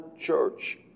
church